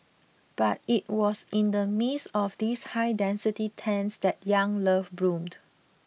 but it was in the midst of these high density tents that young love bloomed